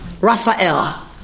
Raphael